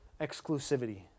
exclusivity